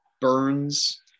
burns